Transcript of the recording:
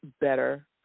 better